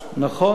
נכון.